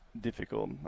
difficult